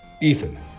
Ethan